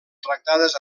tractades